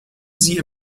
sie